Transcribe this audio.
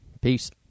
Peace